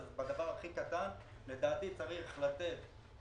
בדבר הכי קטן לדעתי צריך לתת,